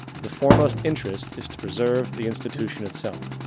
the foremost interest is to preserve the institution itself.